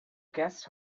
guest